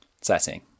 setting